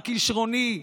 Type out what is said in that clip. הכישרוני,